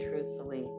truthfully